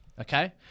Okay